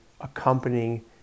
accompanying